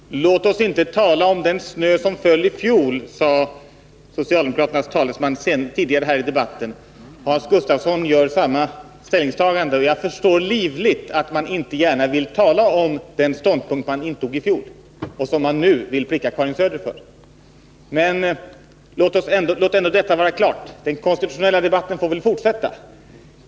Herr talman! Låt oss inte tala om den snö som föll i fjol, sade socialdemokraternas talesman tidigare här i debatten. Hans Gustafsson gör samma ställningstagande, och jag förstår verkligen att man inte gärna vill tala om den ståndpunkt man intog i fjol, nu när man vill pricka Karin Söder. Men låt ändå detta vara klart. Den konstitutionella debatten får väl fortsätta.